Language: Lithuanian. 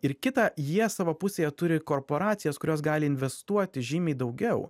ir kitą jie savo pusėje turi korporacijos kurios gali investuoti žymiai daugiau